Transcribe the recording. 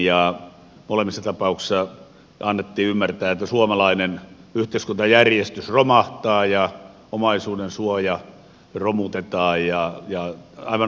molemmissa tapauksissa annettiin ymmärtää että suomalainen yhteiskuntajärjestys romahtaa ja omaisuudensuoja romutetaan ja aivan uskomattomia muotoja